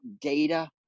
data